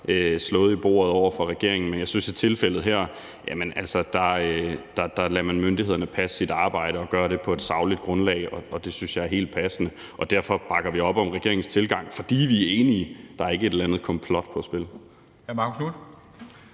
slået i bordet over for regeringen, men jeg synes, at i tilfældet her lader man myndighederne passe deres arbejde og gøre det på et sagligt grundlag, og det synes jeg er helt passende. Derfor bakker vi op om regeringens tilgang, fordi vi er enige. Der er ikke et eller andet komplot i spil.